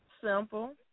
simple